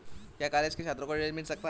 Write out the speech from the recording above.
क्या कॉलेज के छात्रो को ऋण मिल सकता है?